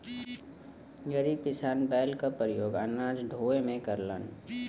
गरीब किसान बैल क परियोग अनाज ढोवे में करलन